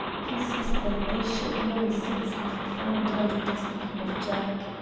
he says that they should long since have found out what has become of jack.